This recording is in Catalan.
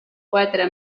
quatre